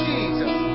Jesus